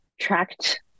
tracked